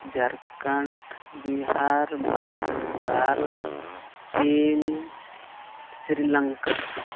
ᱡᱷᱟᱲᱠᱷᱚᱸᱰ ᱵᱤᱦᱟᱨ ᱵᱟᱝᱜᱟᱞ ᱪᱤᱱ ᱥᱨᱤᱞᱚᱝᱠᱟ